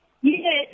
Yes